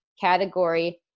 category